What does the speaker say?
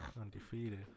undefeated